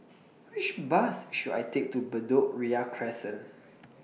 Which Bus should I Take to Bedok Ria Crescent